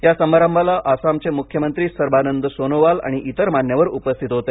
या समारंभाला आसामचे म्ख्यमंत्री सर्बानंद सोनोवाल आणि इतर मान्यवर उपस्थित होते